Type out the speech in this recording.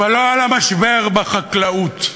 לא על המשבר בחקלאות.